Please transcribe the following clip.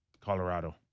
Colorado